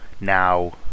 now